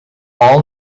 all